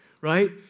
right